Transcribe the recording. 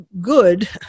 good